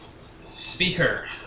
Speaker